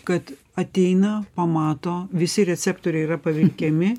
kad ateina pamato visi receptoriai yra paveikiami